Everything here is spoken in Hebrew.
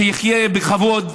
שיחיה בכבוד,